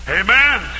amen